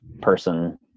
person